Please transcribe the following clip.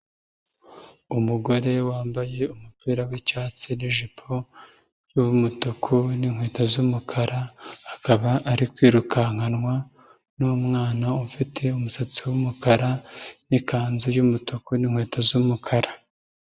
Umugore wambaye umupira w'icyatsi n'ijipo y'umutuku n'inkweto z'umukara akaba ari kwirukankanwa n'umwana ufite umusatsi w'umukara n'ikanzu y'umutuku n'inkweto z'umukara.